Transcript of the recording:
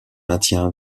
maintien